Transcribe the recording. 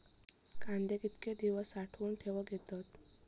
कांदे कितके दिवस साठऊन ठेवक येतत?